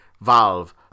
Valve